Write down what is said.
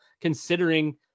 considering